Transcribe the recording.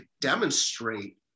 demonstrate